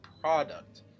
product